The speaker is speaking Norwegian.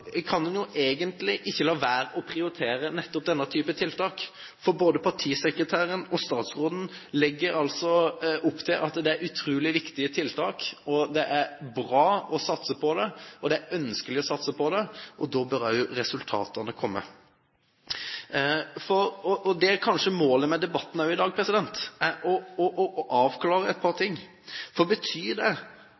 kan en egentlig ikke la være å prioritere nettopp denne type tiltak. Både partisekretæren og statsråden legger altså opp til at det er utrolig viktige tiltak, som det er bra å satse på, og som det er ønskelig å satse på. Da bør også resultatene komme. Målet med debatten i dag er kanskje